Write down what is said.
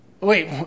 Wait